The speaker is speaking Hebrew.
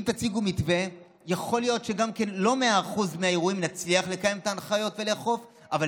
אם תציגו מתווה יכול להיות שלא נצליח לקיים את ההנחיות ולאכוף ב-100%,